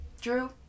Drew